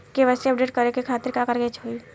KYC update करे के खातिर का करे के होई?